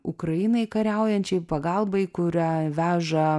ukrainai kariaujančiai pagalbai kurią veža